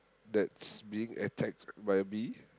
that's being attacked by bee